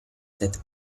that